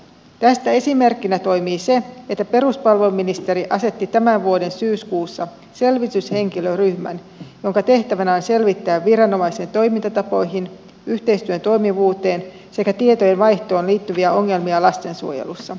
tästä esimerkkinä toimii se että peruspalveluministeri asetti tämän vuoden syyskuussa selvityshenkilöryhmän jonka tehtävänä on selvittää viranomaisten toimintatapoihin yhteistyön toimivuuteen sekä tietojen vaihtoon liittyviä ongelmia lastensuojelussa